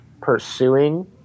pursuing